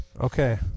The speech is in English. Okay